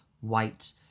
white